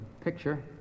picture